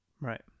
right